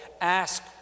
Ask